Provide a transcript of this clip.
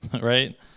Right